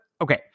okay